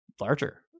larger